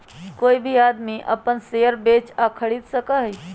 कोई भी आदमी अपन शेयर बेच या खरीद सका हई